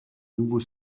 nouveau